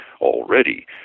already